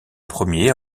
premier